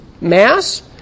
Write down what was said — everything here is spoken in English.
mass